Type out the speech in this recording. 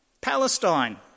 Palestine